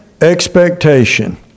expectation